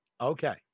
Okay